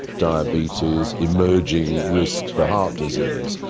diabetes, emerging risks for heart disease,